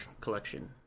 Collection